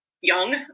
young